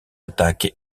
attaque